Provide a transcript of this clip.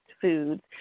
foods